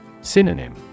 Synonym